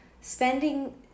Spending